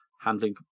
handling